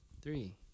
Three